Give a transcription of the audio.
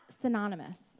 synonymous